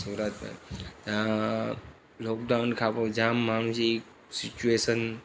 सूरत में त लोकडाउन खां पोइ जाम माण्हुनि जी सिचुएशन